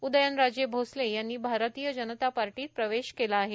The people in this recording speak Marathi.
उदयनराजे भोसले यांनी भारतीय जनता पक्षात प्रवेश केला आहे